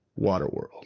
Waterworld